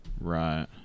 Right